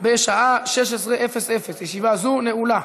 בשעה 16:00. ישיבה זו נעולה.